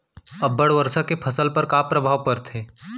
अब्बड़ वर्षा के फसल पर का प्रभाव परथे?